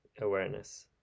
awareness